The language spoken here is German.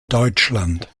deutschland